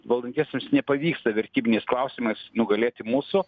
valdantiesiems nepavyksta vertybiniais klausimas nugalėti mūsų